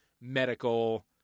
medical